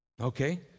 Okay